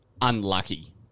unlucky